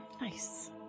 Nice